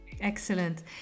Excellent